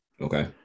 Okay